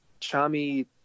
Chami